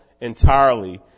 entirely